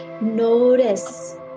notice